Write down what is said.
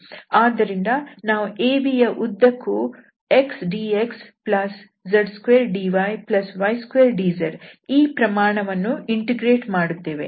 ಆದ್ದರಿಂದ ನಾವು ABಯ ಉದ್ದಕ್ಕೂ xdxz2dyy2dz ಈ ಪ್ರಮಾಣವನ್ನು ಇಂಟಿಗ್ರೇಟ್ ಮಾಡುತ್ತೇವೆ